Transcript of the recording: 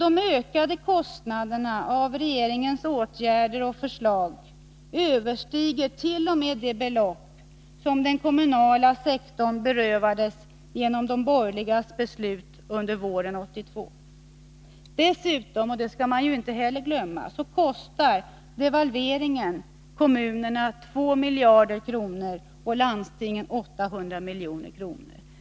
De ökade kostnaderna till följd av regeringens åtgärder och förslag överstiger t.o.m. de belopp som den kommunala sektorn berövades genom de borgerligas beslut våren 1982. Dessutom, och det skall man inte heller glömma, kostar devalveringen kommunerna 2 miljarder kronor och landstingen 800 milj.kr.